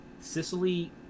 Sicily